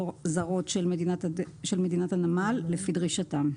זרות של מדינת הנמל, לפי דרישתם.